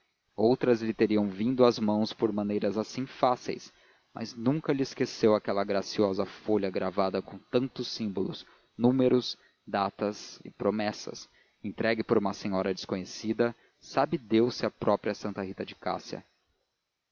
outras lhe teriam vindo às mãos por maneiras assim fáceis mas nunca lhe esqueceu aquela graciosa folha gravada com tantos símbolos números datas e promessas entregue por uma senhora desconhecida sabe deus se a própria santa rita de cássia